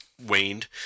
waned